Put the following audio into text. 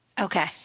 Okay